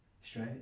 straight